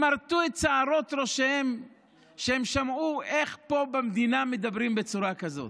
הם מרטו את שערות ראשיהם כששמעו איך פה במדינה מדברים בצורה כזאת.